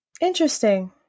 Interesting